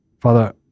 father